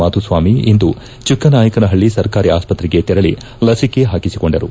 ಮಾಧುಸ್ವಾಮಿ ಇಂದು ಚಿಕ್ಕನಾಯಕನಪಲ್ಲ ಸರ್ಕಾರಿ ಆಸ್ತ್ರತೆಗೆ ತೆರಳಿ ಲಸಿಕೆ ಹಾಕಿಸಿಕೊಂಡರು